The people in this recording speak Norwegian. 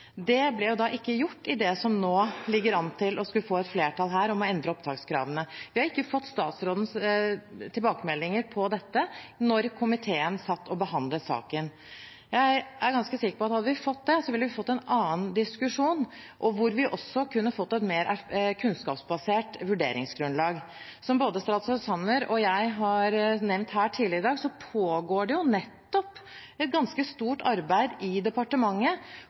Det ble ikke gjort i det som nå ligger an til å få flertall for å endre opptakskravene. Vi har ikke fått statsrådens tilbakemeldinger på dette mens komiteen satt og behandlet saken. Jeg er ganske sikker på at hadde vi fått det, ville vi fått en annen diskusjon, hvor vi også kunne fått et mer kunnskapsbasert vurderingsgrunnlag. Som både statsråd Sanner og jeg har nevnt her tidligere i dag, pågår det nettopp et ganske stort arbeid i departementet